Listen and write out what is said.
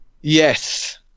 Yes